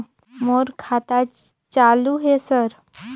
मोर खाता चालु हे सर?